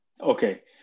Okay